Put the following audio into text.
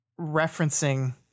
referencing